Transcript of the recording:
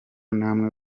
namwe